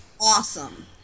awesome